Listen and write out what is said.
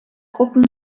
gruppen